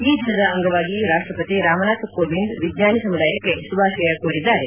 ಈ ದಿನ ಅಂಗವಾಗಿ ರಾಷ್ಟಪತಿ ರಾಮನಾಥ್ ಕೋವಿಂದ್ ವಿಜ್ಞಾನಿ ಸಮುದಾಯಕ್ಕೆ ಶುಭಾಶಯ ಕೋರಿದ್ದಾರೆ